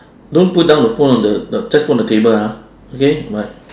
don't put down the phone on the the just put on the table ah okay bye